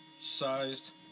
sized